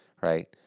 right